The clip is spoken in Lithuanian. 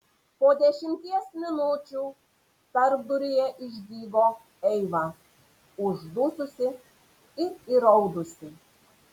po dešimties minučių tarpduryje išdygo eiva uždususi ir įraudusi